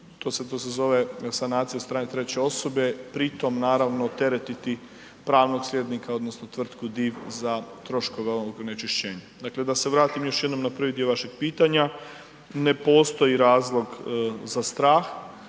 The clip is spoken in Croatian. to se zove sanacija od strane treće osobe, pri tom naravno teretiti pravnog slijednika odnosno tvrtku DIV za troškove ovog onečišćenja. Dakle, da se vratim još jednom na prvi dio vašeg pitanja, ne postoji razlog za strah,